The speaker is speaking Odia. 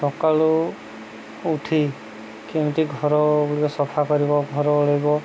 ସକାଳୁ ଉଠି କେମିତି ଘର ଗୁଡ଼ିକ ସଫା କରିବ ଘର ଓଳେଇବ